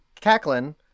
Cacklin